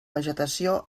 vegetació